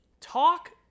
Talk